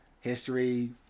history